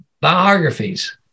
biographies